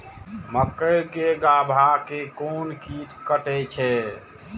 मक्के के गाभा के कोन कीट कटे छे?